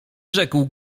rzekł